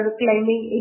climbing